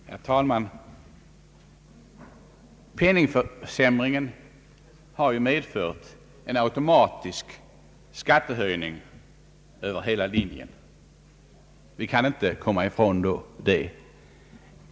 Herr talman! Penningvärdeförsämringen har medfört en automatisk skattehöjning över hela linjen — vi kan inte komma ifrån det.